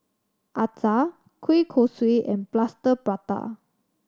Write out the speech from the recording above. acar kueh kosui and Plaster Prata